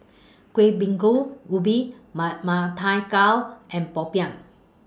Kueh Bingka Ubi Ma Ma Thai Gao and Popiah